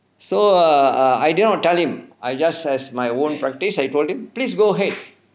so err err I did not tell him I just as my own practise I told him please go ahead